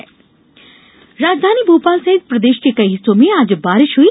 मौसम राजधानी भोपाल सहित प्रदेश के कई हिस्सों में आज बारिश हई